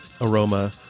aroma